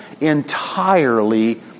entirely